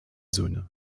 söhne